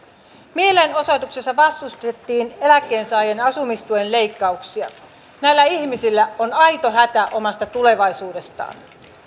mielenosoituksessa vastustettiin eläkkeensaajien asumistuen leikkauksia näillä ihmisillä on aito hätä omasta tulevaisuudestaan